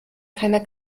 keiner